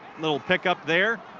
little pickup there.